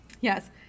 Yes